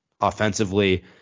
offensively